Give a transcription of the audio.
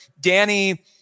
Danny –